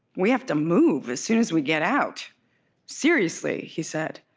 we have to move as soon as we get out seriously he said.